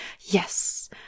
Yes